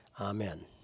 Amen